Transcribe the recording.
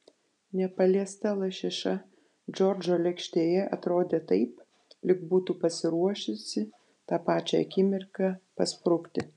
nepaliesta lašiša džordžo lėkštėje atrodė taip lyg būtų pasiruošusi tą pačią akimirką pasprukti